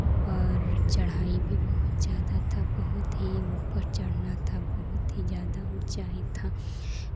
और चढ़ाई भी बहुत ज़्यादा था बहुत ही ऊपर चढ़ना था बहुत ही ज़्यादा ऊंचाई था